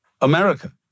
America